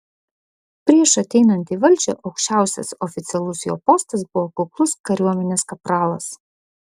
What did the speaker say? prieš ateinant į valdžią aukščiausias oficialus jo postas buvo kuklus kariuomenės kapralas